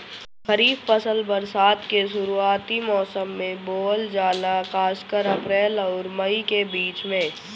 खरीफ फसल बरसात के शुरूआती मौसम में बोवल जाला खासकर अप्रैल आउर मई के बीच में